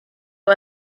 who